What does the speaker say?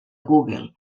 google